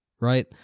Right